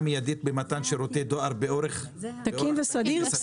מידית במתן שירותי דואר באורח תקין וסדיר.